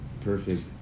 perfect